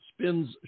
Spins